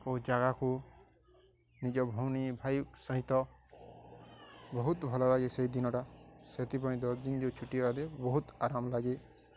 କେଉଁ ଜାଗାକୁ ନିଜ ଭଉଣୀ ଭାଇ ସହିତ ବହୁତ ଭଲ ଲାଗେ ସେଇ ଦିନଟା ସେଥିପାଇଁ ଦଶଦିନ ଯେଉଁ ଛୁଟିଗଲେେ ବହୁତ ଆରାମ ଲାଗେ